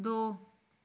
ਦੋ